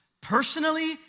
personally